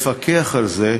לפקח על זה,